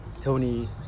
Tony